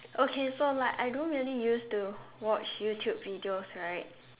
okay so like I don't really used to watch YouTube videos right